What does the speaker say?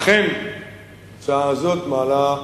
אכן ההצעה הזאת מעלה בעיה,